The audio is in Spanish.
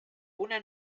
una